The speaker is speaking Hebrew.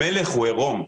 המלך הוא עירום.